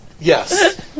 yes